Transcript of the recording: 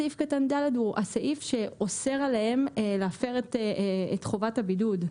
סעיף קטן (ד) הוא הסעיף שאוסר עליהם להפר את חובת הבידוד,